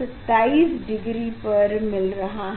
27डिग्री पर मिल रहा है